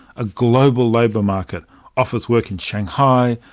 a global labour market offers work in shanghai,